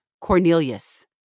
Cornelius